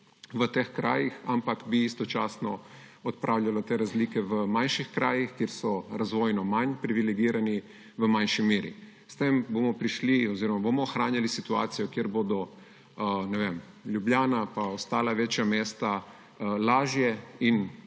v teh krajih, ampak bi istočasno odpravljalo te razlike v manjših krajih, kjer so razvojno manj privilegirani, v manjši meri. S tem bomo ohranjali situacijo, kjer bodo, ne vem, Ljubljana pa ostala večja mesta lažje in